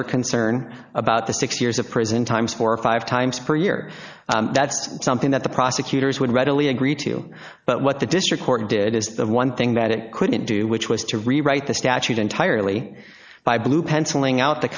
your concern about the six years of prison times four or five times per year that's something that the prosecutors would readily agree to but what the district court did is the one thing that it couldn't do which was to rewrite the statute entirely by blue penciling out t